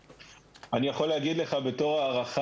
אני יכול להגיד לך כהערכה,